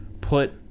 put